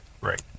Right